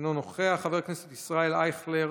אינו נוכח, חבר הכנסת ישראל אייכלר,